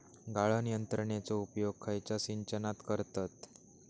गाळण यंत्रनेचो उपयोग खयच्या सिंचनात करतत?